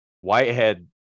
Whitehead